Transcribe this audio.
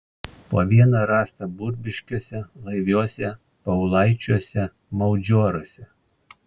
po vieną rasta burbiškiuose laiviuose paulaičiuose maudžioruose